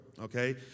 okay